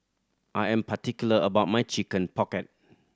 I am particular about my Chicken Pocket